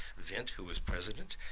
vint, who was president,